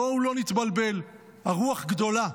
בואו לא נתבלבל, הרוח גדולה.